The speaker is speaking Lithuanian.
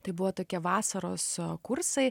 tai buvo tokie vasaros kursai